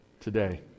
today